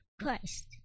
Christ